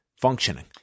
functioning